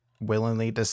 willingly